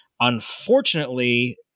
Unfortunately